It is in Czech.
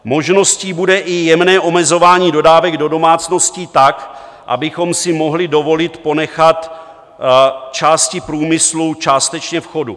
Možností bude i jemné omezování dodávek do domácností tak, abychom si mohli dovolit ponechat části průmyslu částečně v chodu.